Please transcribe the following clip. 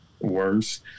worse